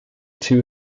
too